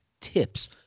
tips